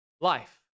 life